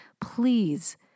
please